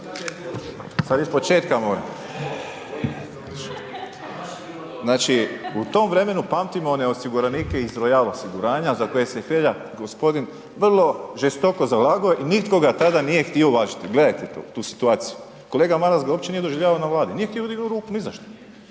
Sad ispočetka moram. Znači, u tom vremenu pamtimo one osiguranike iz Royal osiguranja za koje se Hrelja gospodin vrlo žestoko zalagao i nitko ga tada nije htio uvažiti. Gledajte tu, tu situaciju. Kolega Maras ga uopće nije doživljavao na Vladi, nije htio dignut ruku ni za što.